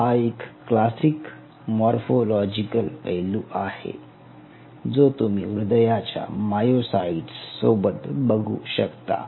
हा एक classic morphological पैलू आहे जो तुम्ही हृदयाच्या मायोसाइट्स सोबत बघू शकता